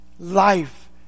Life